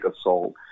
assault